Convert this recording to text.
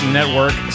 Network